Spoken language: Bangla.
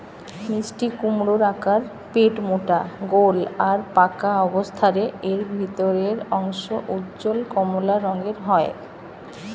মিষ্টিকুমড়োর আকার পেটমোটা গোল আর পাকা অবস্থারে এর ভিতরের অংশ উজ্জ্বল কমলা রঙের হয়